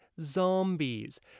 zombies